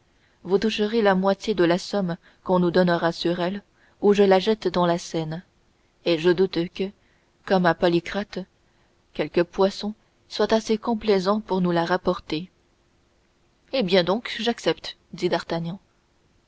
vous toucherez la moitié de la somme qu'on nous donnera sur elle ou je la jette dans la seine et je doute que comme à polycrate quelque poisson soit assez complaisant pour nous la rapporter eh bien donc j'accepte dit